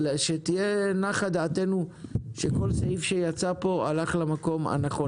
אבל שתנוח דעתנו שכל סעיף פה הלך למקום הנכון.